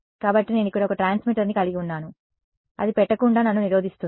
కాబట్టి నేను ఇక్కడ ఒక ట్రాన్స్మిటర్ని కలిగి ఉన్నాను అది పెట్టకుండా నన్ను నిరోధిస్తుంది